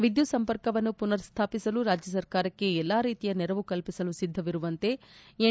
ವಿದ್ಯುತ್ ಸಂಪರ್ಕವನ್ನು ಪುನರ್ ಸ್ಥಾಪಿಸಲು ರಾಜ್ಯ ಸರ್ಕಾರಕ್ಕೆ ಎಲ್ಲಾ ರೀತಿಯ ನೆರವು ಕಲ್ಪಿಸಲು ಸಿದ್ಧವಿರುವಂತೆ ಎನ್